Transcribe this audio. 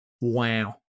wow